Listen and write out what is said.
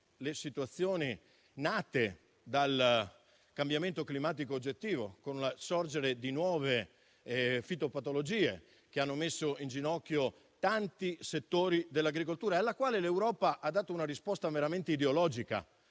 le situazioni nate dal cambiamento climatico oggettivo, con il sorgere di nuove fitopatologie che hanno messo in ginocchio tanti settori dell'agricoltura e alle quali l'Europa ha dato una risposta meramente ideologica.